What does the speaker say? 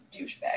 douchebag